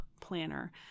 Planner